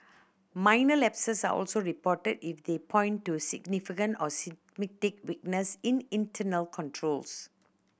minor lapses are also reported if they point to significant or weaknesses in internal controls